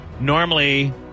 Normally